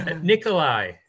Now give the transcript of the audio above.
Nikolai